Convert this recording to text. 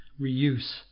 reuse